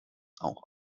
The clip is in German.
auch